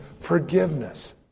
forgiveness